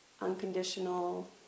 unconditional